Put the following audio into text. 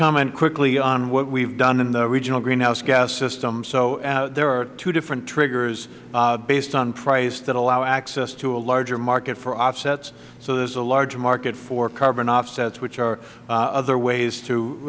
comment quickly on what we have done in the regional greenhouse gas system so there are two different triggers based on price that allow access to a larger market for offsets so there is a large market for carbon offsets which are other ways to